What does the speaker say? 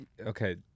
Okay